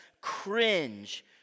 cringe